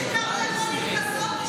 כל מי שקר לו יכול להתכסות.